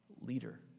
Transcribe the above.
leader